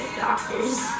doctors